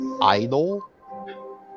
idol